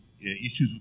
issues